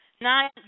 Nine